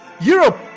Europe